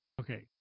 Okay